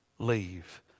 leave